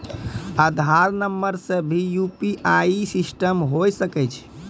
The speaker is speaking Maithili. आधार नंबर से भी यु.पी.आई सिस्टम होय सकैय छै?